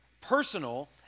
personal